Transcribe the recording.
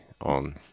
on